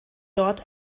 dort